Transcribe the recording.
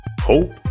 hope